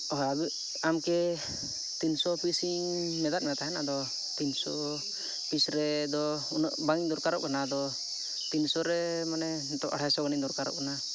ᱦᱚᱭ ᱟᱢᱠᱤ ᱛᱤᱱᱥᱚ ᱯᱤᱥᱤᱧ ᱢᱮᱛᱟᱫ ᱢᱮ ᱛᱟᱦᱮᱸᱫ ᱟᱫᱚ ᱛᱤᱱᱥᱚ ᱯᱤᱥ ᱨᱮᱫᱚ ᱩᱱᱟᱹᱜ ᱵᱟᱧ ᱫᱚᱨᱠᱟᱨᱚᱜ ᱠᱟᱱᱟ ᱟᱫᱚ ᱛᱤᱱᱥᱚ ᱨᱮ ᱢᱟᱱᱮ ᱱᱤᱛᱚᱜ ᱟᱲᱦᱟᱭᱥᱚ ᱜᱟᱱᱮᱧ ᱫᱚᱨᱠᱟᱨᱚᱜ ᱠᱟᱱᱟ